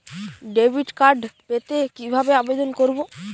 Debit card পেতে কিভাবে আবেদন করব?